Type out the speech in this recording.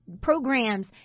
programs